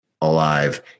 alive